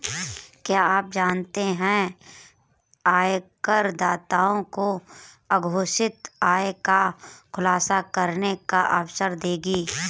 क्या आप जानते है आयकरदाताओं को अघोषित आय का खुलासा करने का अवसर देगी?